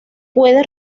puede